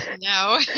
No